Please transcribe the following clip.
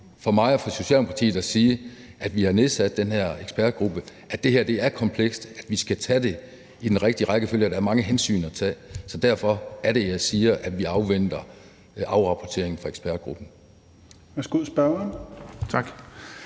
for mig og for Socialdemokratiet at sige, at vi har nedsat den her ekspertgruppe, at det her er komplekst, at vi skal tage det i den rigtige rækkefølge, og at der er mange hensyn at tage. Derfor er det, jeg siger, at vi afventer afrapporteringen fra ekspertgruppen.